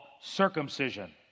circumcision